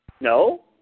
No